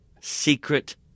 secret